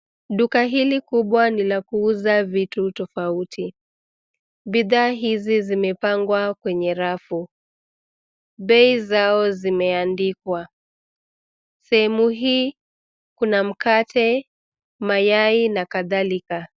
Duka hili kubwa ni la kuuza vitu tofauti. Bidhaa hizi zimepangwa kwenye rafu, bei zao zimeandikwa. Sehemu hii kuna mkate, mayai na kadhalika.